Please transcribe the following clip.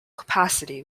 capacity